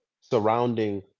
surrounding